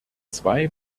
zwei